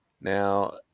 Now